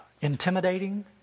intimidating